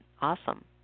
Awesome